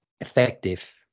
effective